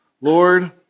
Lord